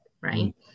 Right